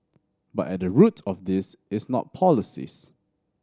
but at the root of this is not policies